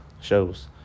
shows